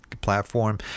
platform